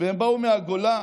הם באו מהגולה.